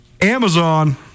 Amazon